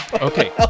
Okay